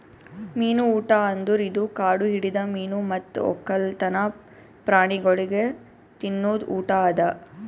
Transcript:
ಮೀನು ಊಟ ಅಂದುರ್ ಇದು ಕಾಡು ಹಿಡಿದ ಮೀನು ಮತ್ತ್ ಒಕ್ಕಲ್ತನ ಪ್ರಾಣಿಗೊಳಿಗ್ ತಿನದ್ ಊಟ ಅದಾ